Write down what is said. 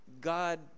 God